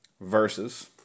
Versus